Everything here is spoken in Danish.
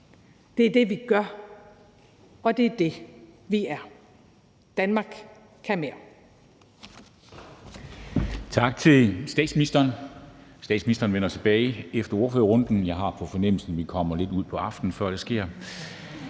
Det er det, vi gør, og det er det, vi er. Danmark kan mere.